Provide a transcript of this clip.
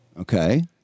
Okay